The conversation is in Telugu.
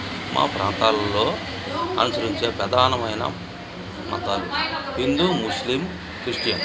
మా ప్రాంతాలలో అనుసరించే ప్రధానమైన మతాలు హిందూ ముస్లిం క్రిస్టియన్